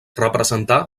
representà